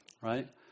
right